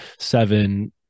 seven